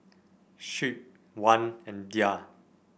Shuib Wan and Dhia